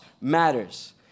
matters